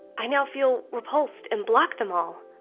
i now feel repulsed and block them all.